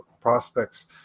prospects